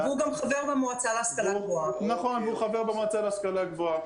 והוא גם חבר במועצה להשכלה גבוהה.